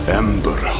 ember